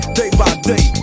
day-by-day